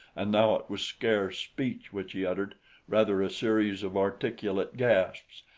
and now it was scarce speech which he uttered rather a series of articulate gasps.